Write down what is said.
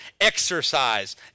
exercise